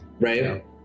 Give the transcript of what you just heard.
right